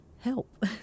help